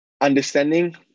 Understanding